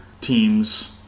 team's